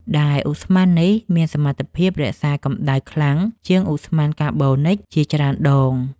ដែលឧស្ម័ននេះមានសមត្ថភាពរក្សាកម្ដៅខ្លាំងជាងឧស្ម័នកាបូនិកជាច្រើនដង។